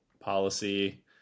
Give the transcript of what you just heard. policy